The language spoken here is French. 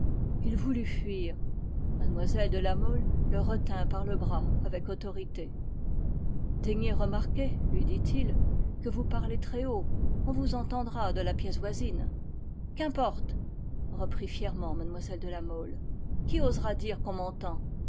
il voulut fuir mlle de la mole le retint par le bras avec autorité daignez remarquer lui dit-il que vous parlez très haut on vous entendra de la pièce voisine qu'importe reprit fièrement mlle de la mole qui osera dire qu'on m'entend